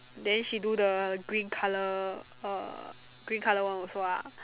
then she do the green colour uh green colour one also ah